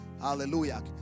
hallelujah